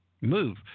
move